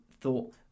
thought